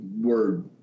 word